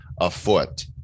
afoot